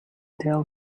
tell